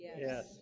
Yes